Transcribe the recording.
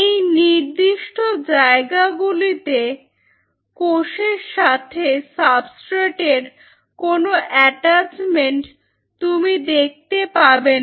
এই নির্দিষ্ট জায়গা গুলোতে কোষের সাথে সাবস্ট্রেট এর কোনো অ্যাটাচমেন্ট তুমি দেখতে পাবে না